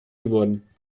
geworden